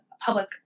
public